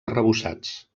arrebossats